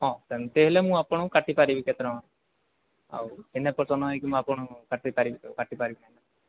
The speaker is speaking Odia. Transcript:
ହଁ ସେମିତି ହେଲେ ମୁଁ ଆପଣଙ୍କୁ କାଟିପାରିବି କେତେ ଟଙ୍କା ଆଉ ଚିହ୍ନା ପରିଚୟ ନହେଇକି ମୁଁ ଆପଣଙ୍କୁ କାଟି ପାରିବି କାଟି ପାରିବିନି ନା